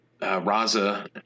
Raza